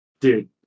Dude